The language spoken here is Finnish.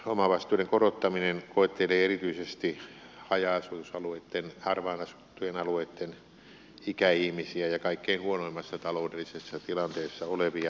omavastuiden korottaminen koettelee erityisesti haja asutusalueitten harvaanasuttujen alueitten ikäihmisiä ja kaikkein huonoimmassa taloudellisessa tilanteessa olevia